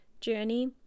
journey